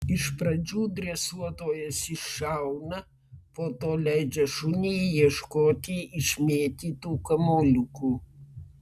iš pradžių dresuotojas iššauna po to leidžia šuniui ieškoti išmėtytų kamuoliukų